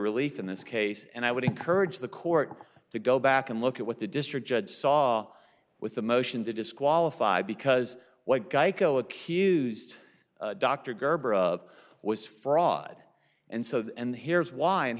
relief in this case and i would encourage the court to go back and look at what the district judge saw with the motion to disqualify because what geico accused dr garber of was fraud and so and here's why and